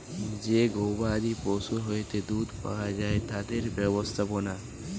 যে গবাদি পশুর হইতে দুধ পাওয়া যায় তাদের ব্যবস্থাপনা